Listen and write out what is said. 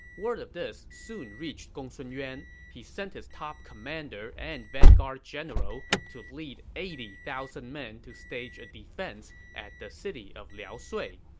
word of this soon reached gongsun yuan. he sent his top commander and vanguard general to lead eighty thousand men to stage a defense at the city of liaosui.